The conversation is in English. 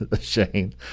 Shane